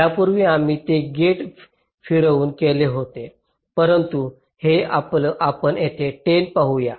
यापूर्वी आम्ही ते गेट फिरवून केले होते परंतु हे आपण येथे 10 पाहू या